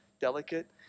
delicate